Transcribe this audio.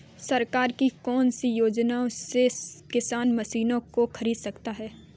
सरकार की कौन सी योजना से किसान मशीनों को खरीद सकता है?